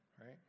right